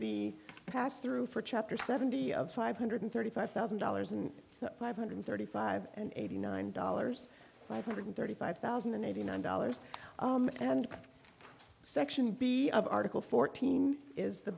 the pass through for chapter seventy of five hundred thirty five thousand dollars and five hundred thirty five and eighty nine dollars five hundred thirty five thousand and eighty nine dollars and section b of article fourteen is the